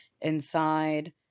inside